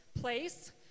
place